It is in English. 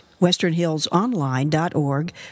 westernhillsonline.org